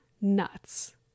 nuts